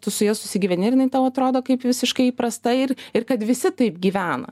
tu su ja susigyveni ir jinai tau atrodo kaip visiškai įprasta ir ir kad visi taip gyvena